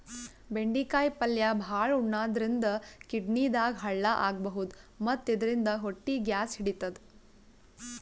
ಬೆಂಡಿಕಾಯಿ ಪಲ್ಯ ಭಾಳ್ ಉಣಾದ್ರಿನ್ದ ಕಿಡ್ನಿದಾಗ್ ಹಳ್ಳ ಆಗಬಹುದ್ ಮತ್ತ್ ಇದರಿಂದ ಹೊಟ್ಟಿ ಗ್ಯಾಸ್ ಹಿಡಿತದ್